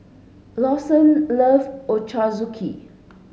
Lawson love Ochazuke